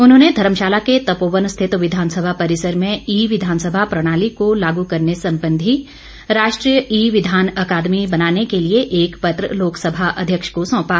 उन्होंने धर्मशाला के तपोवन स्थित विधानसभा परिसर में ई विधानसभा प्रणाली को लागू करने संबंधी राष्ट्रीय ई विधान अकादमी बनाने के लिए एक पत्र लोकसभा अध्यक्ष को सौंपा